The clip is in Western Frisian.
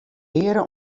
eare